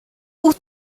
wyt